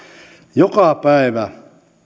joka päivä